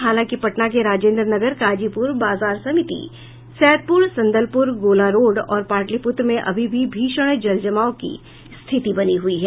हालांकि पटना के राजेन्द्रनगर काजीपुर बाजार समिति सैदपुर संदलपुर गोला रोड और पाटलिपुत्र में अभी भी भीषण जल जमाव की स्थिति बनी हुई है